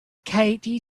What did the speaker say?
katie